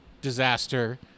disaster